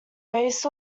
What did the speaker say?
based